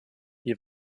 hier